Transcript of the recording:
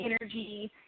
energy